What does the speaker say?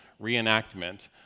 reenactment